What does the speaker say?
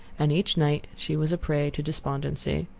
and each night she was a prey to despondency.